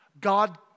God